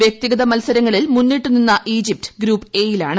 വ്യക്തിഗത മൽസരങ്ങളിൽ മുന്നിട്ട് നിന്ന് ഈജിപ്റ്റ് ഗ്രൂപ്പ് എ യിലാണ്